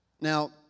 Now